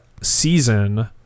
season